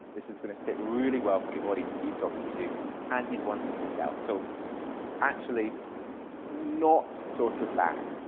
this is going to sit really well for the audience he's talking to and he's wanting to sell. so actually not sort of bad.